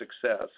success